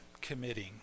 committing